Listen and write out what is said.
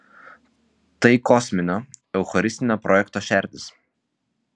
tai kosminio eucharistinio projekto šerdis